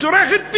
צורכת.